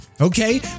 okay